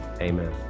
Amen